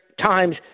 Times